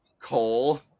Cole